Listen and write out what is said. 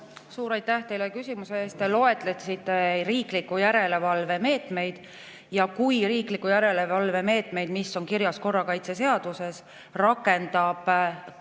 Suur aitäh teile küsimuse eest! Te loetlesite riikliku järelevalve meetmeid ja kui riikliku järelevalve meetmed, mis on kirjas korrakaitseseaduses, rakendab